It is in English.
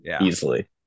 easily